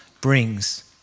brings